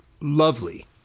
lovely